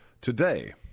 today